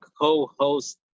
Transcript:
co-host